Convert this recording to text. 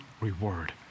reward